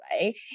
right